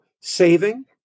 saving